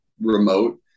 remote